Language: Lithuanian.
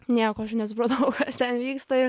nieko aš nesupratau kas ten vyksta ir